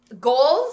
goals